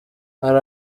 hari